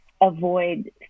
avoid